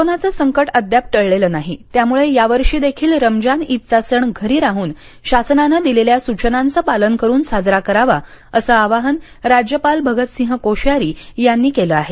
कोरोनाचं संकट अद्याप टळलेलं नाही त्यामुळे यावर्षी देखील रमजान ईदचा सण घरी राहून शासनाने दिलेल्या सूचनांचं पालन करून साजरा करावा असं आवाहन राज्यपाल भागात सिंग कोश्यारी यांनी केलं आहे